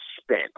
spent